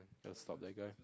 it will stop that guy